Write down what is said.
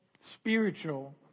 spiritual